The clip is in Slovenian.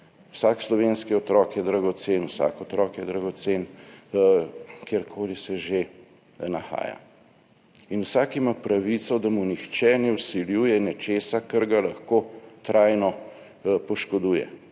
vsak otrok je dragocen, kjerkoli že se nahaja, in vsak ima pravico, da mu nihče ne vsiljuje nečesa, kar ga lahko trajno poškoduje.